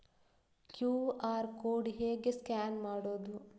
QR code ಹೇಗೆ scan ಮಾಡುವುದು?